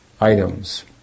items